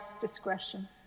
discretion